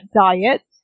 diet